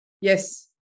Yes